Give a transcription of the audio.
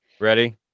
Ready